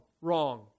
Wrong